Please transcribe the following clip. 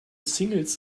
singles